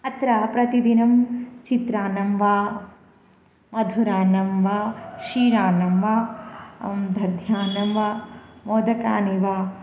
अत्र प्रतिदिनं चित्रान्नं वा मधुरान्नं वा क्षीरानं वा दध्यन्नं वा मोदकानि वा